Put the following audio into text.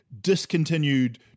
discontinued